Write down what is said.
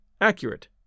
accurate